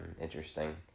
interesting